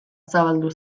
zabaldu